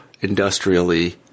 industrially